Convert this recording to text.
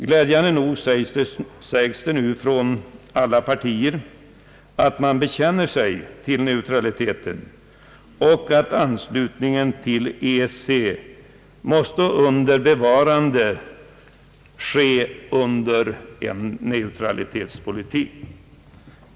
Glädjande nog sägs det nu från alla partier att man bekänner sig till neutraliteten och att anslutningen till EEC måste ske under bevarande av vår neutralitetspolitik.